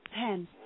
Ten